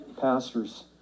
pastors